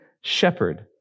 shepherd